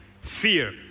fear